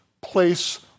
place